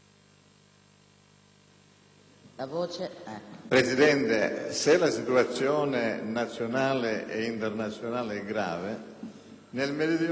Presidente, se la situazione nazionale e internazionale è grave, nel Meridione è gravissima.